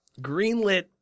greenlit